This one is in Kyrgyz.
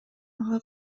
ага